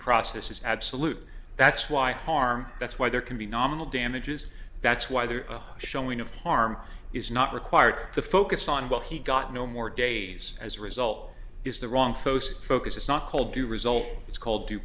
process is absolute that's why harm that's why there can be nominal damages that's why the showing of harm is not required to focus on what he got no more days as a result is the wrong focus is not called the result it's called due